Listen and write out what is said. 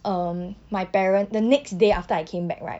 um my parent the next day after I came back right